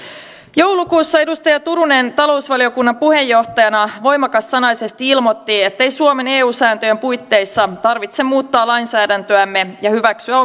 joulukuussa edustaja turunen talousvaliokunnan puheenjohtajana voimakassanaisesti ilmoitti ettei suomen eu sääntöjen puitteissa tarvitse muuttaa lainsäädäntöämme ja hyväksyä